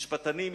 משפטנים,